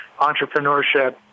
entrepreneurship